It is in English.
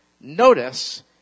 Notice